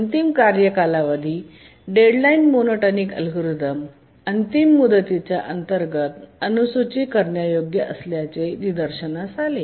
अंतिम कार्य कालावधी डेडलाइन मोनोटॉनिक अल्गोरिदम अंतिम मुदतीच्या अंतर्गत अनु सूची करण्यायोग्य असल्याचे निदर्शनास आले